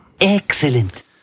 excellent